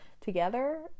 together